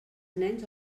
nens